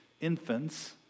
infants